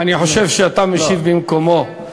אני חושב שאתה משיב במקומו,